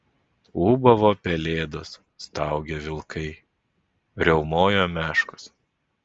ūbavo pelėdos staugė vilkai riaumojo meškos